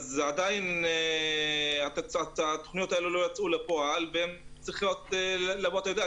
עדיין התוכניות האלה לא יצאו לפועל והן צריכות לבוא - אתה יודע,